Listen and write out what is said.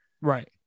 Right